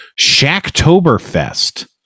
Shacktoberfest